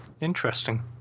Interesting